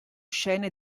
scene